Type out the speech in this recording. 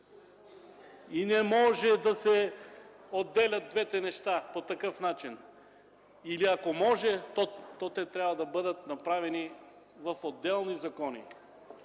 Не може да се отделят двете неща по такъв начин. Или ако може, то те трябва да бъдат направени в отделни закони.